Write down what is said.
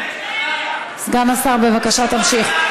סגן השר, בבקשה תמשיך.